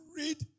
read